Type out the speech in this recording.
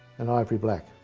and ivory black.